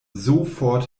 sofort